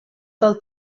del